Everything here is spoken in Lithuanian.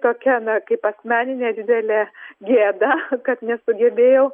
tokia na kaip asmeninė didelė gėda kad nesugebėjau